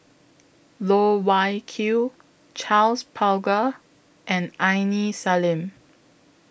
Loh Wai Kiew Charles Paglar and Aini Salim